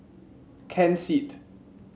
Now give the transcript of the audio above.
Ken Seet